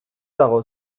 dago